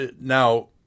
now